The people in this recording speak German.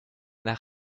nach